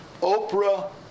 Oprah